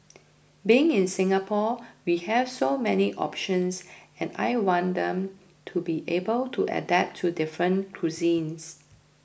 being in Singapore we have so many options and I want them to be able to adapt to different cuisines